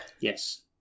Yes